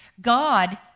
God